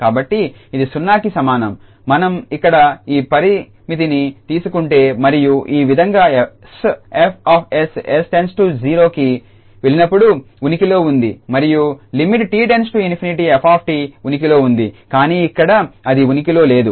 కాబట్టి ఇది 0కి సమానం మనం ఇక్కడ ఈ పరిమితిని తీసుకుంటే మరియు ఈ విధంగా 𝑠F𝑠 𝑠→ 0కి వెళ్లినప్పుడు ఉనికిలో ఉంది మరియు లిమిట్ 𝑡→∞ 𝑓𝑡 ఉనికిలో ఉంది కానీ ఇక్కడ అది ఉనికిలో లేదు